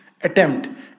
attempt